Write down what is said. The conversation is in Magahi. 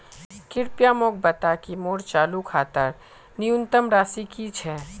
कृपया मोक बता कि मोर चालू खातार न्यूनतम राशि की छे